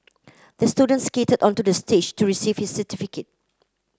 the student skated onto the stage to receive his certificate